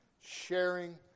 sharing